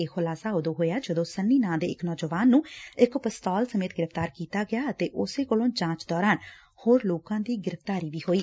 ਇਹ ਖੁਲਾਸਾ ਉਦੋਂ ਹੋਇਆ ਜਦੋਂ ਸੰਨੀ ਨਾਂ ਦੇ ਇਕ ਨੌਜਵਾਨ ਨੰ ਇਕ ਪਿਸਤੌਲ ਸਮੇਤ ਗ੍ਰਿਫ਼ਤਾਰ ਕੀਤਾ ਗਿਆ ਅਤੇ ਉਸੇ ਕੋਲੋ ਜਾਚ ਦੌਰਾਨ ਹੋਰ ਲੋਕਾ ਦੀ ਗ੍ਰਿਫ਼ਤਾਰੀ ਹੋਈ